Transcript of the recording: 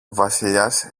βασιλιάς